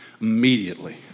immediately